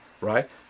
right